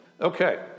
Okay